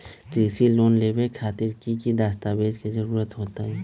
कृषि लोन लेबे खातिर की की दस्तावेज के जरूरत होतई?